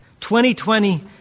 2020